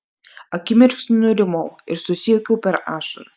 akimirksniu nurimau ir susijuokiau per ašaras